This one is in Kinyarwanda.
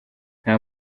nta